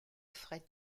fret